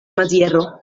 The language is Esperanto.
maziero